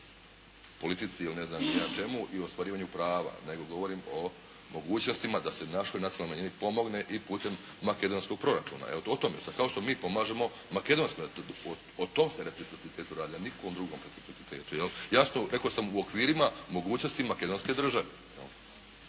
politici ili ne znam ni ja čemu i ostvarivanju prava nego govorim o mogućnostima da se našoj nacionalnoj manjini pomogne i putem makedonskog proračuna evo u tome se, kao što mi pomažemo makedonskoj, o tom se reciprocitetu radi a nikakvom drugom reciprocitetu jel'. Jasno rekao sam, u okvirima mogućnosti makedonske države